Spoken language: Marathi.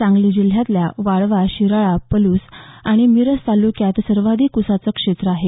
सांगली जिल्ह्यातल्या वाळवा शिराळा पलूस आणि मिरज तालुक्यात सर्वाधिक उसाच क्षेत्र आहे